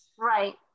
Right